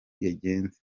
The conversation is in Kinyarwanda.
yagenze